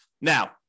Now